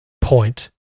point